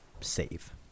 save